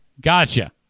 gotcha